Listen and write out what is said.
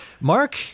Mark